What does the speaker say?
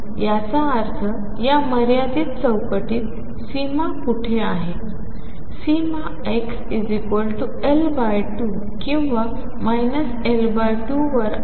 याचा अर्थ या मर्यादित चौकटीत सीमा कुठे आहेत सीमा xL2किंवा L2 वर आहेत